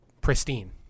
pristine